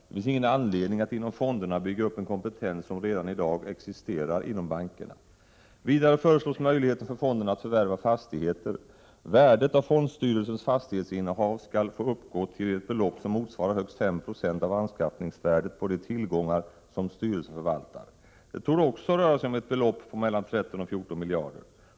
Det finns ingen anledning att inom fonderna bygga upp en kompetens som redan i dag existerar inom bankerna. Vidare föreslås möjligheten för fonden att förvärva fastigheter. Värdet av fondstyrelsens fastighetsinnehav skall få uppgå till ett belopp som motsvarar högst 5 96 av anskaffningsvärdet på de tillgångar som styrelsen förvaltar. Det torde också röra sig om ett belopp på mellan 13 och 14 miljarder.